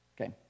okay